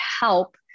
help